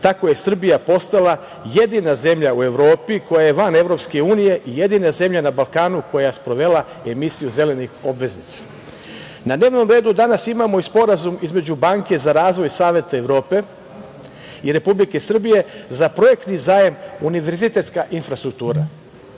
Tako je Srbija postala jedina zemlja u Evropi koja je van EU, jedina zemlja na Balkanu koja je sprovela emisija zelenih obveznica. Na dnevnom redu danas imamo i Sporazum između Banke za razvoj Saveta Evrope i Republike Srbije za projektni zajam – Univerzitetska infrastruktura.